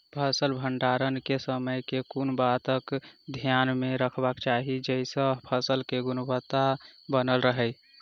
फसल भण्डारण केँ समय केँ कुन बात कऽ ध्यान मे रखबाक चाहि जयसँ फसल केँ गुणवता बनल रहै?